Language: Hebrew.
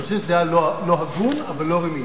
אני חושב שזה היה לא הגון, אבל לא רמייה.